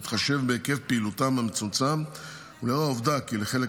בהתחשב בהיקף פעילותם המצומצם ולאור העובדה כי לחלק